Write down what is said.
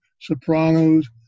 Sopranos